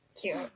cute